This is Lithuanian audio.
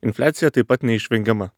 infliacija taip pat neišvengiama